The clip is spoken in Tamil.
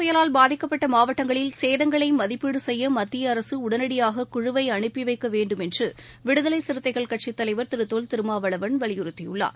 புயலால் பாதிக்கப்பட்டமாவட்டங்களில் கஜ சேதங்களைமதிப்பீடுசெய்யமத்தியஅரசுஉடனடியாககுழுவைஅனுப்பிவைக்கவேண்டும் என்றுவிடுதலைசிறுத்தைகள் கட்சித் தலைவர் திருதொல் திருமாவளவன் வலியுறுத்தியுள்ளார்